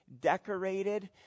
decorated